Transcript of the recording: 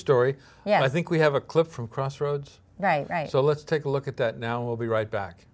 story yeah i think we have a clip from crossroads right right so let's take a look at that now will be right back